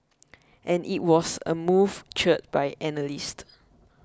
and it was a move cheered by analysts